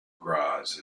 graz